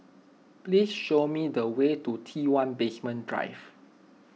please show me the way to T one Basement Drive